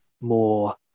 more